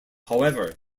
however